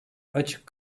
açık